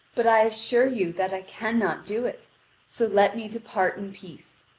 but i assure you that i cannot do it so let me depart in peace.